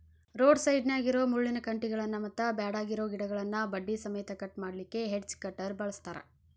road ಸೈಡ್ನ್ಯಾಗಿರೋ ಮುಳ್ಳಿನ ಕಂಟಿಗಳನ್ನ ಮತ್ತ್ ಬ್ಯಾಡಗಿರೋ ಗಿಡಗಳನ್ನ ಬಡ್ಡಿ ಸಮೇತ ಕಟ್ ಮಾಡ್ಲಿಕ್ಕೆ ಹೆಡ್ಜ್ ಕಟರ್ ಬಳಸ್ತಾರ